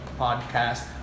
podcast